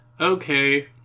Okay